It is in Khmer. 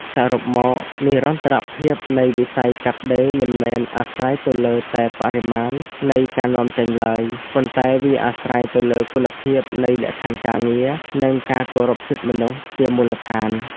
សរុបមក និរន្តរភាពនៃវិស័យកាត់ដេរមិនមែនអាស្រ័យទៅលើតែបរិមាណនៃការនាំចេញឡើយ ប៉ុន្តែវាអាស្រ័យទៅលើគុណភាពនៃលក្ខខណ្ឌការងារ និងការគោរពសិទ្ធិមនុស្សជាមូលដ្ឋាន។